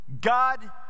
God